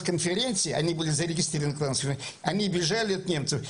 רשות התקשוב וממשל זמין,